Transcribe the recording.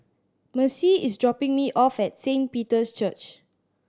Macie is dropping me off at Saint Peter's Church